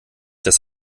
das